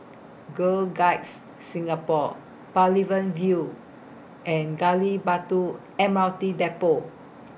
Girl Guides Singapore Pavilion View and Gali Batu M R T Depot